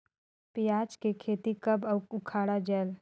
पियाज के खेती कब अउ उखाड़ा जायेल?